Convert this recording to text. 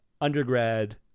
undergrad